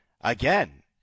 again